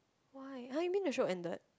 why !huh! you mean the show ended